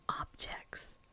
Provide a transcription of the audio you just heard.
objects